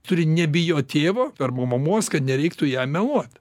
turi nebijot tėvo arba mamos kad nereiktų jam meluot